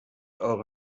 eure